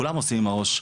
כולם עושים עם הראש,